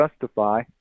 justify